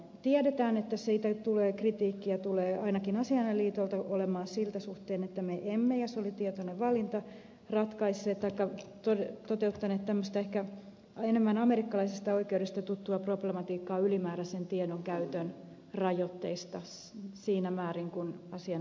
tiedetään että siitä tulee kritiikkiä tulee ainakin asianajajaliitolta olemaan sen suhteen että me emme ja se oli tietoinen valinta toteuttaneet tämmöistä ehkä enemmän amerikkalaisesta oikeudesta tuttua problematiikkaa ylimääräisen tiedonkäytön rajoitteista siinä määrin kuin asianajajaliitto on toivonut